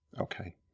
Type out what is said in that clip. Okay